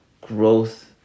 growth